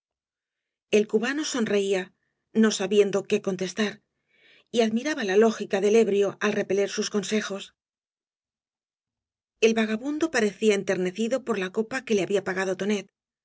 el cubano sonreía no sabiendo qué contestar admiraba la lógica del ebrio al repeler sus consejos el vagabundo parecía enternecido por la copa que le había pagado tonet